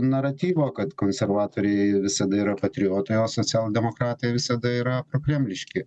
naratyvo kad konservatoriai visada yra patriotai o socialdemokratai visada yra problemiški